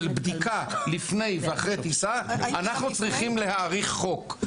בדיקה לפני ואחרי טיסה אנחנו צריכים להאריך חוק.